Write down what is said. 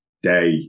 Day